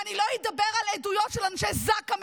אני לא אדבר על עדויות של אנשי זק"א,